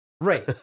Right